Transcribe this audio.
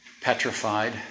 petrified